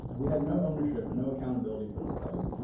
and we had no ownership and no accountability for the site.